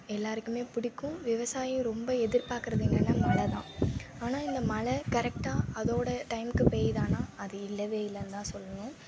எல்லோருக்குமே பிடிக்கும் விவசாயியும் ரொம்ப எதிர்பாக்கிறது என்னென்னா மழை தான் ஆனால் இந்த மழை கரெக்டாக அதோட டைமுக்கு பெய்தானா அது இல்லவே இல்லைனுதான் சொல்லணும்